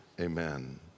Amen